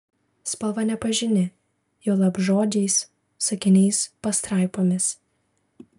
spalva nepažini juolab žodžiais sakiniais pastraipomis